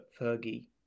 Fergie